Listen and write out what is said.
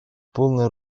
полное